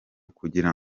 kugira